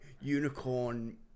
unicorn